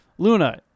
Luna